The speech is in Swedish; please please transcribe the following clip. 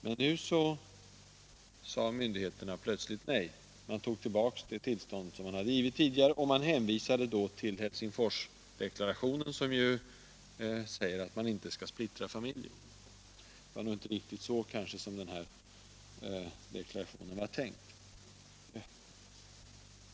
Men nu sade myndigheterna plötsligt nej — de tog tillbaka det tillstånd som de hade givit tidigare. Och de hänvisade då till Helsingforsdeklarationen som säger att man inte skall splittra familjer. Det var kanske inte riktigt så som den deklarationen var tänkt.